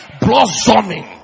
blossoming